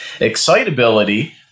excitability